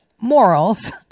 morals